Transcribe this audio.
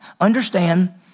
Understand